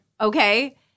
Okay